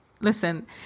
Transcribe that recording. listen